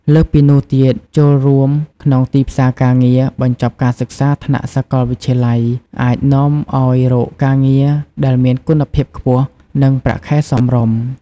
លើសពីនោះទៀត ចូលរួមក្នុងទីផ្សារការងារ បញ្ចប់ការសិក្សាថ្នាក់សាកលវិទ្យាល័យអាចនាំឲ្យរកបានការងារដែលមានគុណភាពខ្ពស់ និងប្រាក់ខែសមរម្យ។